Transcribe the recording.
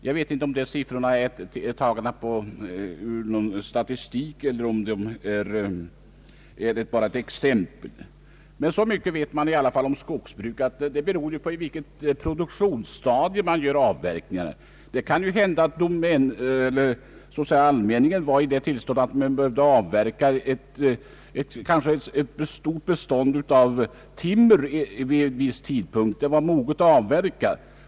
Jag vet inte om dessa siffror är tagna ur någon statistik eller om det bara är ett exempel. Men så mycket vet man i alla fall om skogsbruk att det beror på i vilket produktionsstadium man gör redovisningen. Det är möjligt att allmänningen var i det tillståndet, att man vid en viss tidpunkt behövde avverka ett stort bestånd av timmer vilket var moget för avverkning.